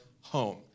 home